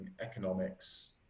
economics